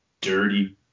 dirty